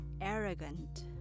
arrogant